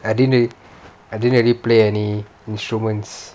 I didn't real~ I didn't really play any instruments